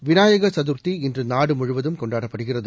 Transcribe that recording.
Vinayagar Chaturthi இன்று நாடு முழுவதும் கொண்டாடப்படுகிறது